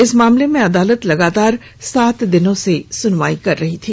इस मामले में अदालत लगातार सात दिनों से सुनवाई कर रही थी